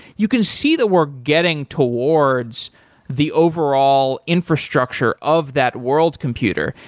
you can see the work getting towards the overall infrastructure of that world computer.